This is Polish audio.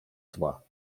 zła